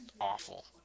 awful